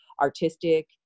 artistic